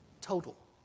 Total